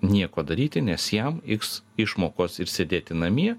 nieko daryti nes jam iks išmokos ir sėdėti namie